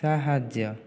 ସାହାଯ୍ୟ